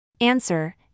Answer